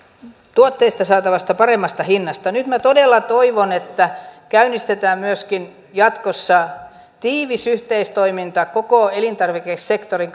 tuotteista saatavasta paremmasta hinnasta nyt minä todella toivon että käynnistetään myöskin jatkossa tiivis yhteistoiminta koko elintarvikesektorin